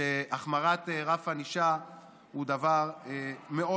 שהחמרת רף ענישה היא דבר מאוד,